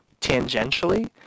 tangentially